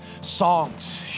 Songs